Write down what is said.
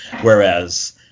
whereas